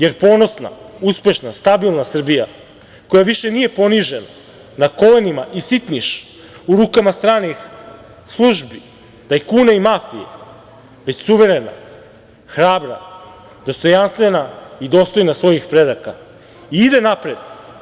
Jer, ponosna, uspešna, stabilna Srbija, koja više nije ponižena, na kolenima i sitniš u rukama stranih službi, tajkuna i mafije, već suverena, hrabra, dostojanstvena i dostojna svojih predaka ide napred.